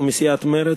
מסיעת מרצ,